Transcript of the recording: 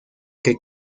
que